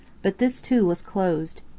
but this too was closed.